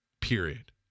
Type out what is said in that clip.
period